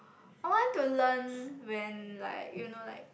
I want to learn when like you know like